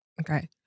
Okay